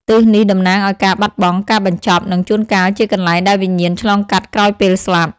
ទិសនេះតំណាងឱ្យការបាត់បង់ ការបញ្ចប់ និងជួនកាលជាកន្លែងដែលវិញ្ញាណឆ្លងកាត់ក្រោយពេលស្លាប់។